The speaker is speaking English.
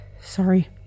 Sorry